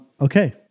Okay